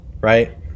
right